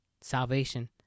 salvation